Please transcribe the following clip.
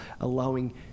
allowing